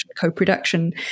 co-production